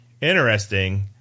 interesting